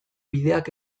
bideak